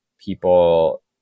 people